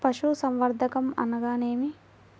పశుసంవర్ధకం అనగానేమి?